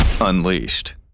Unleashed